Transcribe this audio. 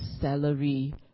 salary